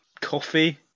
coffee